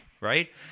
right